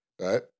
right